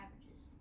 averages